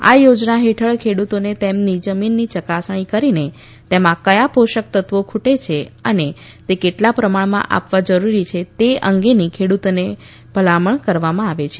આ યોજના હેઠળ ખેડુતોને તેમની જમીનની ચકાસણી કરીને તેમાં કયા પોષક તત્વો ખુટે છે અને તે કેટલા પ્રમાણમાં આપવા જરૂરી છે તે અંગેની ખેડુતોને ભલામણ કરવામાં આવે છે